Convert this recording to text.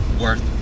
worth